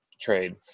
trade